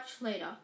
later